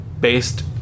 based